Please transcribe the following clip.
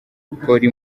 polly